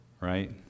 right